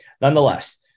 Nonetheless